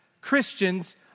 Christians